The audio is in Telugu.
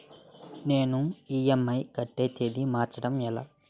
నేను ఇ.ఎం.ఐ కట్టే తేదీ మార్చడం ఎలా?